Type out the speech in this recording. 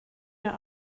mehr